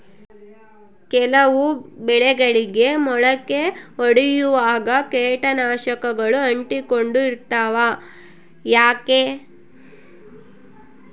ಕೆಲವು ಬೆಳೆಗಳಿಗೆ ಮೊಳಕೆ ಒಡಿಯುವಾಗ ಕೇಟನಾಶಕಗಳು ಅಂಟಿಕೊಂಡು ಇರ್ತವ ಯಾಕೆ?